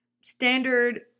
standard